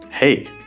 Hey